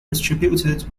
distributed